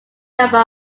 number